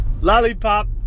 Lollipop